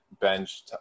bench